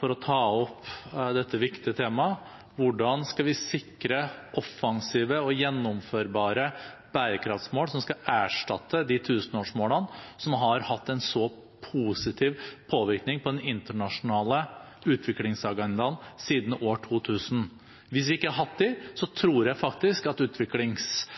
for å ta opp dette viktige temaet: Hvordan skal vi sikre offensive og gjennomførbare bærekraftmål som skal erstatte de tusenårsmålene som har hatt en så positiv påvirkning på den internasjonale utviklingsagendaen siden år 2000? Hvis vi ikke hadde hatt dem, tror jeg faktisk at